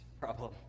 problem